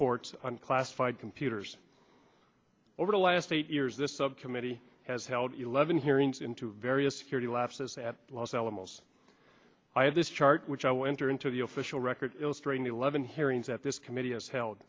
ports on classified computers over the last eight years this subcommittee has held eleven hearings into various security lapses at los alamos i have this chart which i will enter into the official record illustrating eleven hearings that this committee has hel